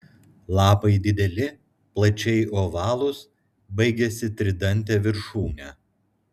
lapai dideli plačiai ovalūs baigiasi tridante viršūne